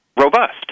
robust